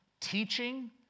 teaching